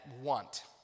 want